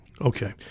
Okay